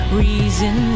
reason